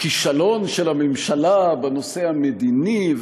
הכישלון של הממשלה בנושא המדיני,